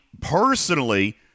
personally